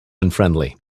unfriendly